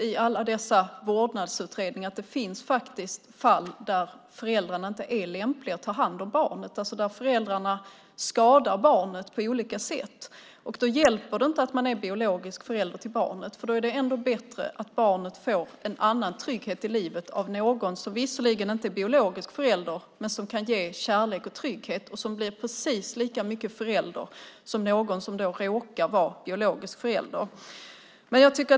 I vårdnadsutredningar har vi sett att det finns fall där föräldrarna inte är lämpliga att ta hand om barnet för att de skadar barnet på olika sätt. Då hjälper det inte att man är biologisk förälder till barnet, utan det är bättre att barnet får en annan trygghet i livet av någon som visserligen inte är biologisk förälder men som kan ge kärlek och trygghet och som blir precis lika mycket förälder som någon som råkar vara biologisk förälder.